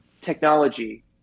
technology